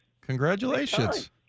Congratulations